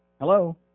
Hello